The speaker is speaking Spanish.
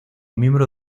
miembro